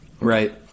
Right